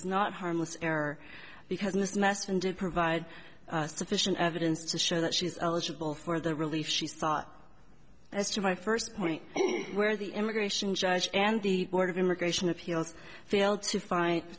not harmless error because in this mess and did provide sufficient evidence to show that she's eligible for the relief she thought as to my first point where the immigration judge and the board of immigration appeals failed to fi